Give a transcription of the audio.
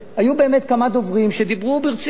היו באמת כמה דוברים שדיברו ברצינות,